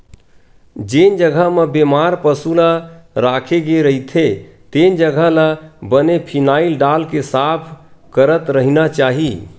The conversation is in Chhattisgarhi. जेन जघा म बेमार पसु ल राखे गे रहिथे तेन जघा ल बने फिनाईल डालके साफ करत रहिना चाही